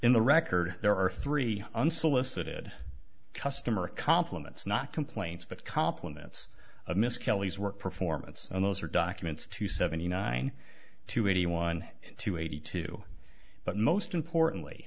in the record there are three unsolicited customer compliments not complaints but compliments miscarries work performance and those are documents to seventy nine to eighty one to eighty two but most importantly